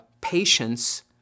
patience